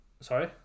sorry